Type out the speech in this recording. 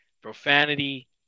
Profanity